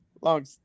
long